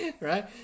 right